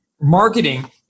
marketing